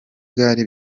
gare